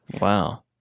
Wow